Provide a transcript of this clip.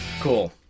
cool